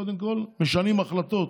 קודם כול, משנים החלטות,